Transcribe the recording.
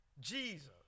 Jesus